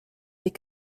des